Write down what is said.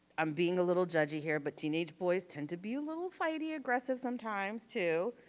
i'm being a little judgy here, but teenage boys tend to be a little fighty aggressive sometimes too.